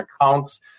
accounts